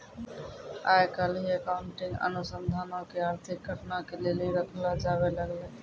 आइ काल्हि अकाउंटिंग अनुसन्धानो के आर्थिक घटना के लेली रखलो जाबै लागलै